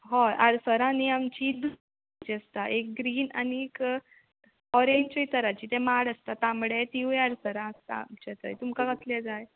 हय आडसरां न्ही आमचीं आसता एक ग्रीन आनी एक ऑरेंजूय तराचीं ते माड आसता तामडे तिंवूय आडसरां आसता आमचे थंय तुमकां कसलें जाय